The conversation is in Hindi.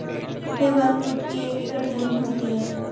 कितने वर्ग फुट की एक एकड़ ज़मीन होती है?